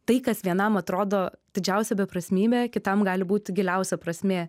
tai kas vienam atrodo didžiausia beprasmybė kitam gali būt giliausia prasmė